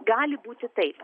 gali būti taip